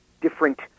different